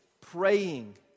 praying